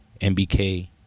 MBK